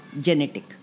genetic